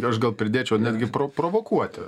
aš gal pridėčiau netgi pro provokuoti